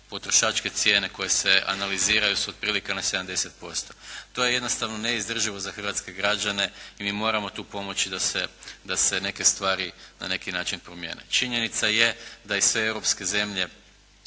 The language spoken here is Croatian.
potrošačke cijene koje se analiziraju su otprilike na 70%. To je jednostavno neizdrživo za hrvatske građane i mi moramo tu pomoći da se neke stvari na neki način promjene. Činjenica je da i sve europske zemlje